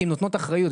כי הן נותנות אחריות.